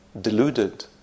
deluded